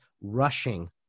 rushing